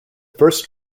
first